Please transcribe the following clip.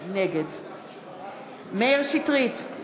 נגד מאיר שטרית,